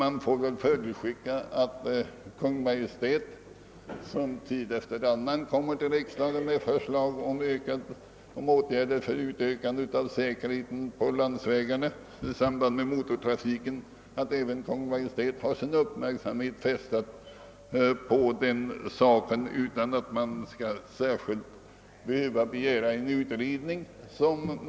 Man får emellertid anta att Kungl. Maj:t, som tid efter annan för riksdagen framlägger förslag om åtgärder för förbättring av säkerheten på landsvägarna i samband med motortrafiken, har sin uppmärksamhet fästad på denna sak, utan att det skall vara nödvändigt att begära en utredning.